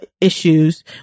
issues